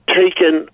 taken